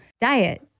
diet